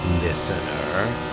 listener